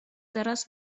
teraz